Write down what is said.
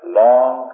long